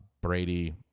Brady